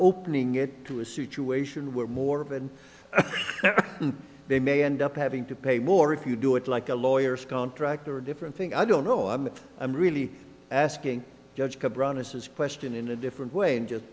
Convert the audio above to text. opening it to a situation where more of and they may end up having to pay more if you do it like a lawyers contract or a different thing i don't know i mean i'm really asking judge to brownnose his question in a different way and just